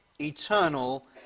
eternal